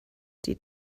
die